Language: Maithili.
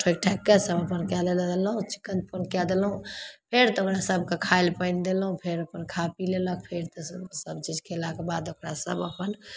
ठोकि ठाकिके सब अपन कै धै देलहुँ चिक्कन अपन कै देलहुँ फेर तऽ ओकरा सबके खाइलए पानि देलहुँ फेर फेर अपन खा पी लेलक फेर सबचीज कएलाके बाद ओकरा सब अपन